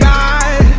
God